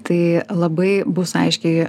tai labai bus aiškiai